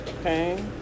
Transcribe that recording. Okay